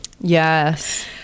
Yes